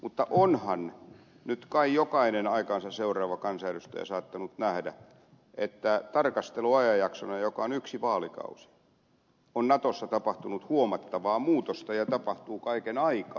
mutta onhan nyt kai jokainen aikaansa seuraava kansanedustaja saattanut nähdä että tarkasteluajanjaksona joka on yksi vaalikausi on natossa tapahtunut huomattavaa muutosta ja tapahtuu kaiken aikaa